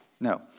No